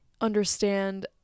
understand